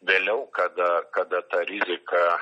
vėliau kada kada ta rizika